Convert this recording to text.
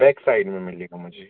back side में मिलेगा मुझे